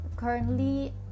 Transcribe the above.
currently